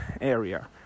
area